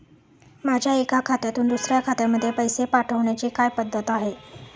माझ्या एका खात्यातून दुसऱ्या खात्यामध्ये पैसे पाठवण्याची काय पद्धत आहे?